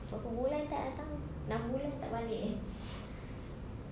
berapa bulan tak datang enam bulan tak balik eh